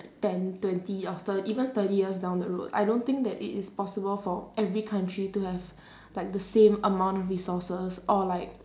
ten twenty or thir~ even thirty years down the road I don't think that it is possible for every country to have like the same amount of resources or like